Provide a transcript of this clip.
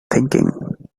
thinking